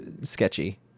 sketchy